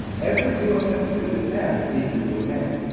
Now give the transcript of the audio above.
every usf student has a google account.